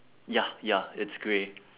ya ya it's grey